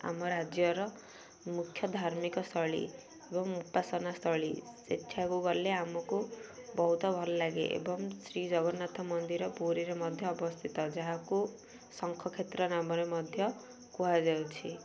ଆମ ରାଜ୍ୟର ମୁଖ୍ୟ ଧାର୍ମିକ ସ୍ଥଳୀ ଏବଂ ଉପାସନା ସ୍ଥଳୀ ସେଠାକୁ ଗଲେ ଆମକୁ ବହୁତ ଭଲ ଲାଗେ ଏବଂ ଶ୍ରୀ ଜଗନ୍ନାଥ ମନ୍ଦିର ପୁରୀରେ ମଧ୍ୟ ଅବସ୍ଥିତ ଯାହାକୁ ଶଙ୍ଖକ୍ଷେତ୍ର ନାମରେ ମଧ୍ୟ କୁହାଯାଉଛି